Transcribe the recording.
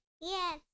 Yes